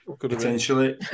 Potentially